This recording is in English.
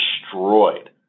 destroyed